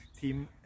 team